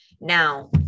Now